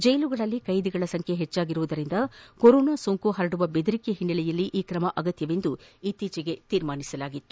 ಜೈಲುಗಳಲ್ಲಿ ಕೈದಿಗಳ ಸಂಖ್ಯೆ ಹೆಚ್ಚಾಗಿರುವುದರಿಂದ ಕೊರೋನಾ ಸೋಂಕು ಹರಡುವ ಬೆದರಿಕೆಯ ಹಿನ್ನೆಲೆಯಲ್ಲಿ ಈ ಕ್ರಮ ಅಗತ್ಯವೆಂದು ಇತ್ತೀಚೆಗೆ ನಿರ್ಧರಿಸಲಾಗಿತ್ತು